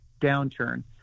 downturn